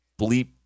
bleep